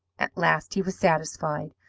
at last he was satisfied.